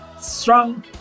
Strong